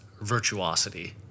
virtuosity